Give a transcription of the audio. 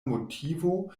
motivo